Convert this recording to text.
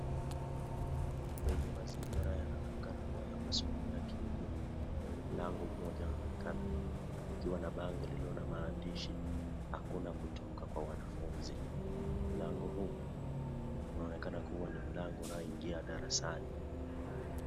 Kwenye mazingira yanayoonekana kuwa ya masomo ya kielimu, mlango mmoja unaonekana ukiwa na bango lililo na maandishi, hakuna kutoka kwa wanafunzi. Mlango huu, unaonekana kuwa ni mlango unaoingia darasani.